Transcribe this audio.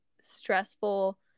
stressful